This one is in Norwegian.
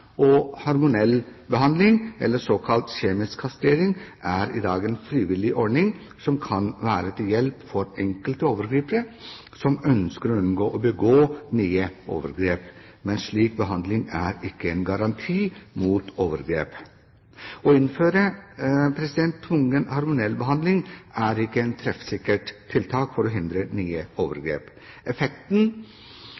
eller såkalt kjemisk kastrering, er i dag en frivillig ordning som kan være til hjelp for enkelte overgripere som ønsker å unngå å begå nye overgrep. Men slik behandling er ikke en garanti mot overgrep. Å innføre tvungen hormonell behandling er ikke et treffsikkert tiltak for å hindre nye